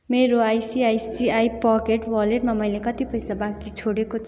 मेरो ICICI pocket वालेटमा मैले कति पैसा बाँकी छाडेको छु